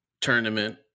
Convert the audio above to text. tournament